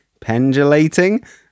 pendulating